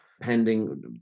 pending